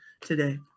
today